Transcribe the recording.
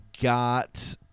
got